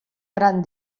gran